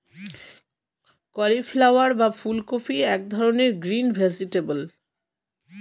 cauliflower বা ফুলকপি এক ধরনের গ্রিন ভেজিটেবল